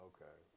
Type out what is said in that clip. Okay